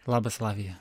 labas flavija